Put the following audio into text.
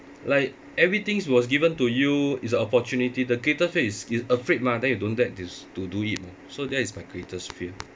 like everything was given to you is an opportunity the greatest fear is is afraid mah then you don't dare is to do it mah so that is my greatest fear